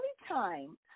Anytime